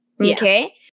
Okay